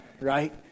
right